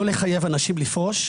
לא לחייב אנשים לפרוש.